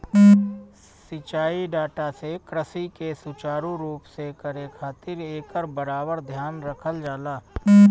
सिंचाई डाटा से कृषि के सुचारू रूप से करे खातिर एकर बराबर ध्यान रखल जाला